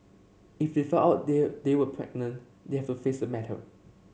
if they find out they they were pregnant they have to face the matter